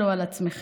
אל תקלו על עצמכם.